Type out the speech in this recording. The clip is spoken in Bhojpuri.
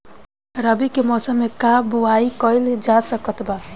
रवि के मौसम में का बोआई कईल जा सकत बा?